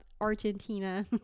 Argentina